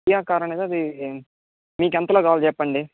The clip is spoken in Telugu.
కియా కార్ అనేది మీకు ఎంతలో కావాలో చెప్పండి